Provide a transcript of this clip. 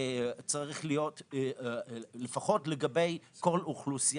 לא צריכה להיות יותר מוועדה אחת לגבי כל אוכלוסייה.